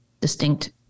distinct